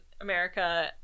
America